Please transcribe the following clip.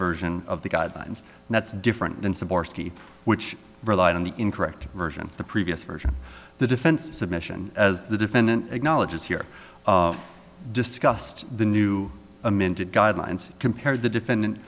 version of the guidelines that's different than some which relied on the incorrect version of the previous version the defense submission as the defendant acknowledges here discussed the new amended guidelines compares the defendant